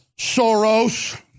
Soros